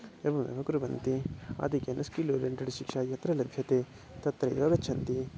एवमेव कुर्वन्ति आधिक्येन स्किल् ओरियेण्टेड् शिक्षा यत्र लभ्यते तत्रैव गच्छन्ति